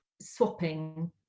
swapping